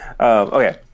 okay